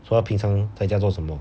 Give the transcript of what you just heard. so 它平常在家做什么